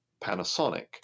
Panasonic